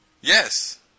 Yes